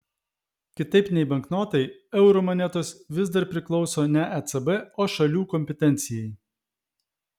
kitaip nei banknotai eurų monetos vis dar priklauso ne ecb o šalių kompetencijai